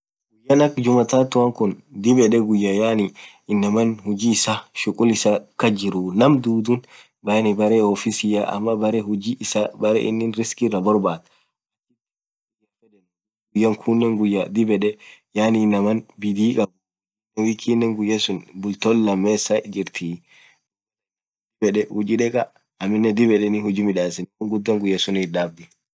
won akhaa jumaa tatua khun dhib yed guyya yaani inamaan huji isaa shughul isaa kasjiru Naam dhudhuni yaani berre ofisia ama berre huji isaa berre inin rizkhi iraborbadhed (.) guyyakhunen guyaa dhib yed yaani inamaan bidhii khabbu week nnen guyaa sunn bultho lamesaa jirthii dubathaan inaman dhiib huji dekhaa aminen dhib yed huji midhaseni won gudhaa guya sun itdhabdhi